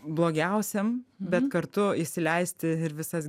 blogiausiam bet kartu įsileisti ir visas